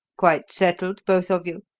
quite settled, both of you?